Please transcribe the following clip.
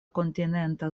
kontinenta